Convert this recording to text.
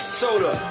soda